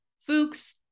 Fuchs